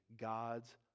God's